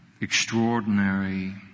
extraordinary